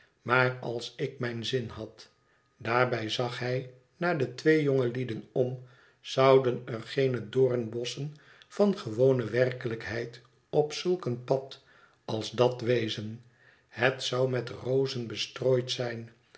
maar als ik mijn zin had daarbij zag hij naar de twee jongelieden om zouden er geene doornbosschen van gewone werkelijkheid op zulk een pad als dat wezen het zou met rozen bestrooid zijn